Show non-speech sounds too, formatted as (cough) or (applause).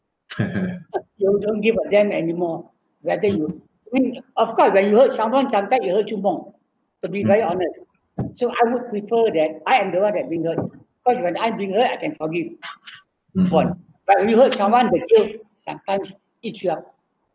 (noise) you don't give a damn anymore whether you even of course when you hurt someone sometime it hurts you more to be very honest so I would prefer that I am the one that being hurt cause when I being hurt I can forgive (noise) move on but you hurt someone the hate sometimes eats you up